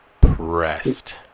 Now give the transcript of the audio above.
Pressed